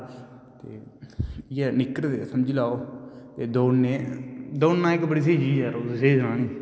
इये नीकर समझी लेओ कोई दौड़ने दौड़ना इक बड़ी स्हेई चीज ऐ तुसें गी स्हेई सनां नेईं